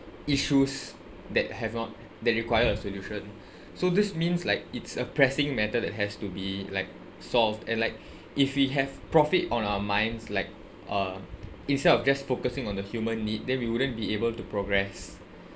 issues that have not that require a solution so this means like it's a pressing matter that has to be like solve and like if we have profit on our minds like uh instead of just focusing on the human need then we wouldn't be able to progress